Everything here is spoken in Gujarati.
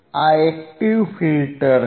આ એક્ટીવ ફિલ્ટર છે